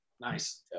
Nice